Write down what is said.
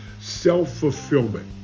Self-fulfillment